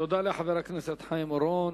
תודה לחבר הכנסת חיים אורון.